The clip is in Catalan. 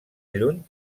lluny